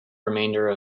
remainder